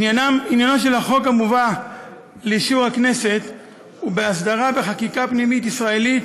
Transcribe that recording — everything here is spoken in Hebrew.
עניינו של החוק המובא לאישור הכנסת הוא בהסדרה בחקיקה הפנימית הישראלית